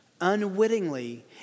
unwittingly